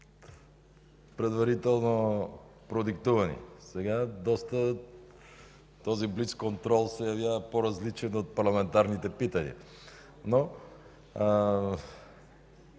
предварително продиктувани. Сега този блиц контрол се явява по-различен от парламентарните питания. Но